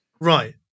right